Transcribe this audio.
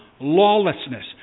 lawlessness